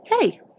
Hey